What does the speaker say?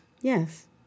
Yes